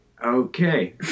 Okay